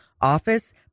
office